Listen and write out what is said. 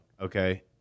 okay